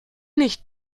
nicht